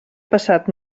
passat